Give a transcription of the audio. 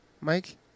Mike